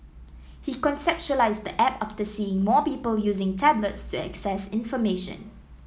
he conceptualised the app after seeing more people using tablets to access information